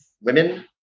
women